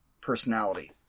personality